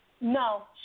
No